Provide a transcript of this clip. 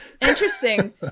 Interesting